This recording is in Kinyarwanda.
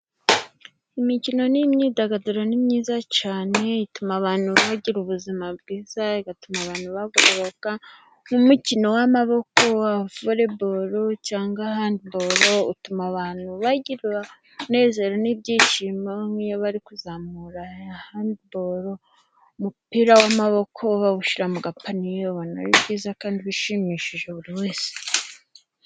Imikino n'imyidagaduro ni myiza cyane, ituma abantu bagira ubuzima bwiza, igatuma abantu bagororoka nk'umukino w'amaboko wa voreboro cyangwa handiboro utuma abantu bagira umunezero n'ibyishimo, nk'iyo bari kuzamura handiboro umupira w'amaboko bawushyira mu gapaniye, ubona ari byiza kandi bishimishije buri wese.